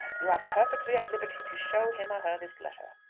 you are perfectly at liberty to show him or her this letter.